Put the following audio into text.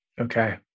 Okay